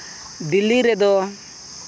ᱫᱤᱞᱞᱤ ᱨᱮᱫᱚ